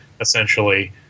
essentially